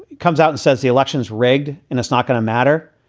comes out and says, the election's rigged. and it's not going to matter.